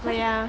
well ya